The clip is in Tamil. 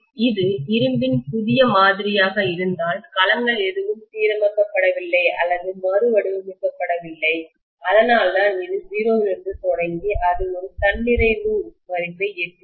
இது இரும்பின் புதிய மாதிரியாக இருந்தால் களங்கள் எதுவும் சீரமைக்கப்படவில்லை அல்லது மறுவடிவமைக்கப்படவில்லை அதனால்தான் இது 0 இலிருந்து தொடங்கி அது ஒரு தன்நிறைவுசேச்சுரேஷன் மதிப்பை எட்டியது